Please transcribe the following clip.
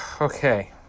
Okay